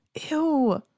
Ew